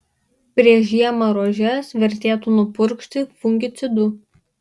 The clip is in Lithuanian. prieš žiemą rožes vertėtų nupurkšti fungicidu